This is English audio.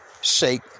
shake